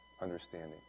understanding